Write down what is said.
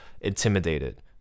intimidated